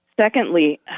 secondly